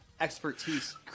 expertise